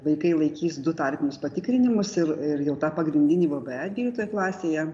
vaikai laikys du tarpinius patikrinimus ir ir jau tą pagrindinį vbe dvyliktoj klasėje